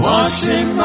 Washing